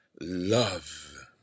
love